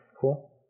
Cool